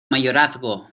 mayorazgo